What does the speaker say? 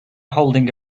holding